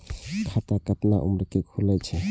खाता केतना उम्र के खुले छै?